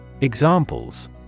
Examples